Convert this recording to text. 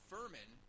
Furman